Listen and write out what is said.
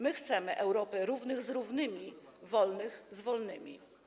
My chcemy Europy równych z równymi, wolnych z wolnymi.